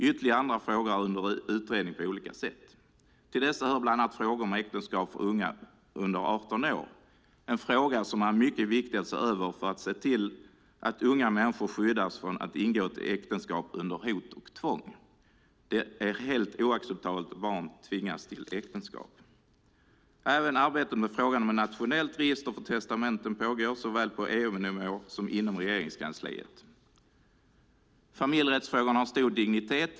Ytterligare andra frågor är under utredning på olika sätt. Till dessa hör bland annat frågorna om äktenskap för unga under 18 år, en fråga som är mycket viktig att se över för att se till att unga människor skyddas från att ingå äktenskap under hot och tvång. Det är helt oacceptabelt att barn tvingas till äktenskap. Även arbetet med frågan om ett nationellt register för testamenten pågår såväl på EU-nivå som inom Regeringskansliet. Familjerättsfrågorna har stor dignitet.